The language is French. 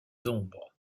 d’ombre